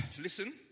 listen